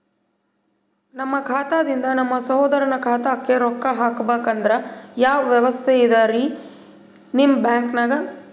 ನಮ್ಮ ಖಾತಾದಿಂದ ನಮ್ಮ ಸಹೋದರನ ಖಾತಾಕ್ಕಾ ರೊಕ್ಕಾ ಹಾಕ್ಬೇಕಂದ್ರ ಯಾವ ವ್ಯವಸ್ಥೆ ಇದರೀ ನಿಮ್ಮ ಬ್ಯಾಂಕ್ನಾಗ?